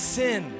sin